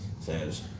Says